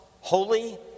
holy